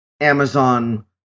Amazon